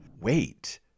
Wait